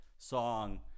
song